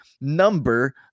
number